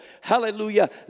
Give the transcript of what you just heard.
hallelujah